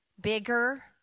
bigger